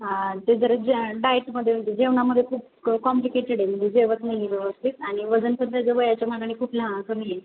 हा ते जर जे डायेटमध्ये जेवणामध्ये खूप कॉम्पलिकेटेड आहे म्हणजे जेवत नाही आहे व्यवस्थित आणि वजनपण त्याचं वयाच्या मानाने खूप लहा कमी आहे